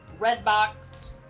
Redbox